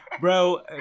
Bro